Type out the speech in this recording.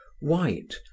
white